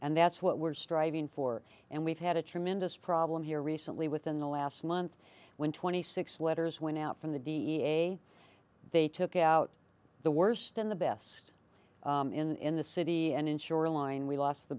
and that's what we're striving for and we've had a tremendous problem here recently within the last month when twenty six letters went out from the d a they took out the worst in the best in the city and ensure line we lost the